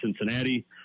cincinnati